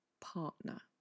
partner